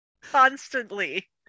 Constantly